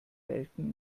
melken